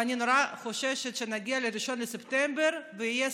ואני נורא חוששת שנגיע ל-1 בספטמבר ויהיה,